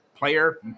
player